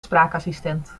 spraakassistent